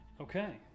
Okay